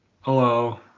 hello